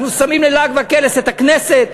אנחנו שמים ללעג וקלס את הכנסת.